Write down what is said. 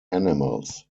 animals